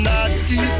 Nazi